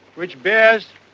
which bears